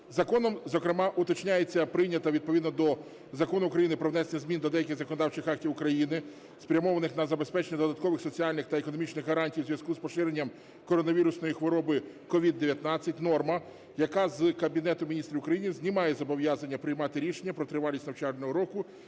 Законом, зокрема, уточнюється прийнята відповідно до Закону України "Про внесення змін до деяких законодавчих актів України, спрямованих на забезпечення додаткових соціальних та економічних гарантій у зв'язку з поширенням коронавірусної хвороби (COVID-19)" норма, яка з Кабінету Міністрів України знімає зобов'язання приймати рішення про тривалість навчального року,